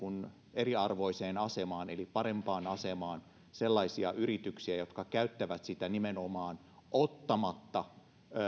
eriarvoiseen asemaan eli parempaan asemaan sellaisia yrityksiä jotka käyttävät sitä nimenomaan ottamatta